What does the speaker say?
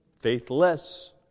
faithless